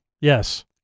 Yes